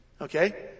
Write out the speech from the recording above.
okay